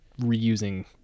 reusing